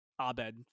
Abed